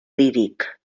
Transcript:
líric